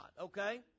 okay